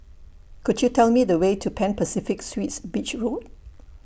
Could YOU Tell Me The Way to Pan Pacific Suites Beach Road